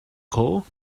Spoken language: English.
call